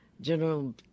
General